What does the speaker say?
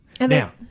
Now